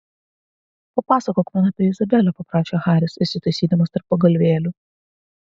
papasakok man apie izabelę paprašė haris įsitaisydamas tarp pagalvėlių